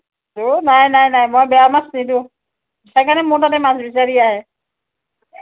অ' নাই নাই নাই মই বেয়া মাছ নিদিওঁ সেইকাৰণে মোৰ তাতে মাছ বিচাৰি আহে